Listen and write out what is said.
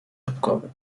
jabłkowy